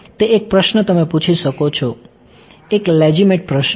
તે એક પ્રશ્ન તમે પૂછી શકો છો એક લેજીમેટ પ્રશ્ન